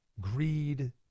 greed